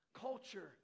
culture